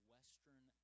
Western